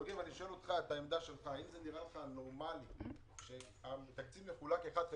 אני שואל את העמדה שלך: האם נראה לך נורמלי שהתקציב מחולק על פי 1/12?